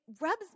rubs